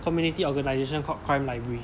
community organisation called crime library